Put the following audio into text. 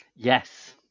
Yes